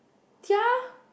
ya